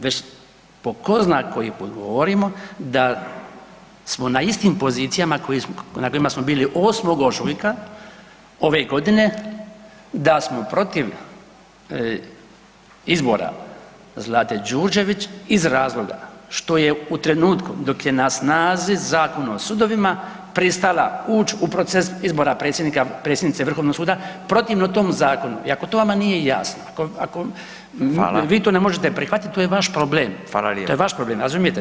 Već po tko zna koji put govorimo da smo na istim pozicijama na kojima smo bili 8. ožujka ove godine, da smo protiv izbora Zlate Đurđević iz razloga što je u trenutku dok je na snazi Zakon o sudovima pristala ući u proces izbora predsjednika, predsjednice Vrhovnog suda protivno tom zakonu i ako to vama nije jasno, ako vi [[Upadica: Hvala.]] to ne možete prihvatiti, to je vaš problem [[Upadica: Hvala lijepo.]] To je vaš problem, razumijete?